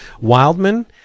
Wildman